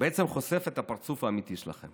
בעצם חושף את הפרצוף האמיתי שלכם